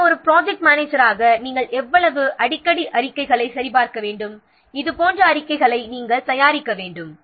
எனவே ஒரு ப்ராஜெக்ட் மேனேஜராக நாம் எவ்வளவு அடிக்கடி அறிக்கைகளை சரிபார்க்க வேண்டும் இது போன்ற அறிக்கைகளை நாம் தயாரிக்க வேண்டும்